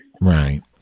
Right